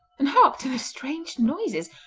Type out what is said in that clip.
and hark to the strange noises!